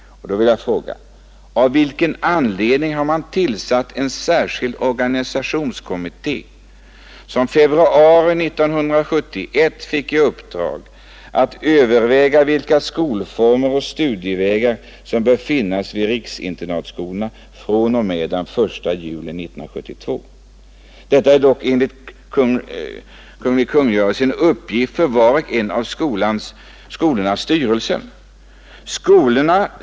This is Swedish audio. Då vill jag fråga: Av vilken anledning har man tillsatt en särskild organisationskommitté, som i februari 1971 fick i uppdrag att överväga vilka skolformer och studievägar som bör finnas vid riksinternatskolorna fr.o.m. den 1 juli 1972? Detta är dock, enligt den kungl. kungörelsen, en uppgift för var och en av skolornas styrelser.